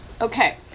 Okay